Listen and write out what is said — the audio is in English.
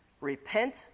Repent